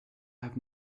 have